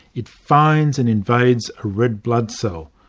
it finds and invades a red blood cell.